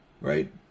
right